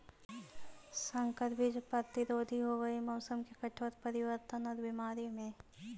संकर बीज प्रतिरोधी होव हई मौसम के कठोर परिवर्तन और बीमारी में